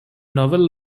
novel